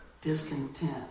discontent